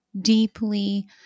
deeply